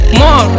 more